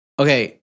okay